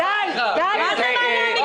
זאת שפת האם שלי,